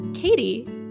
Katie